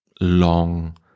long